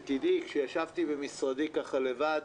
שתדעי, כשישבתי במשרדי לבד,